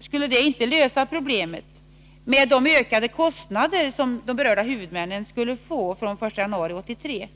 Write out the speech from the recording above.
skulle det inte lösa problemet med de ökade kostnader som de berörda huvudmännen skulle få från den 1 januari 1983.